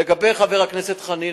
לגבי חבר הכנסת חנין,